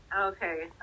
Okay